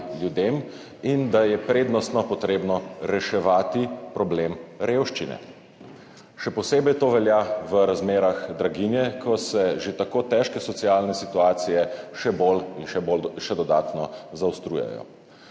in da je prednostno potrebno reševati problem revščine. Še posebej to velja v razmerah draginje, ko se že tako težke socialne situacije še bolj in še dodatno zaostrujejo.